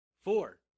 Four